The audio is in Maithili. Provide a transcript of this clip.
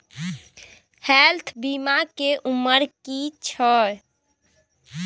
हेल्थ बीमा के उमर की छै?